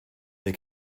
they